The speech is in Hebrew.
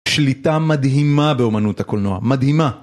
שליטה מדהימה באומנות הקולנוע, מדהימה!